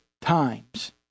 times